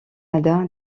canada